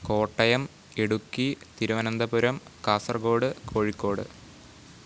Kottayam Idukki Thiruvananthapuram Kasaragod Kozhikode